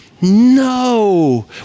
No